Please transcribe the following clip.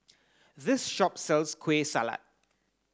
this shop sells Kueh Salat